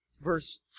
verse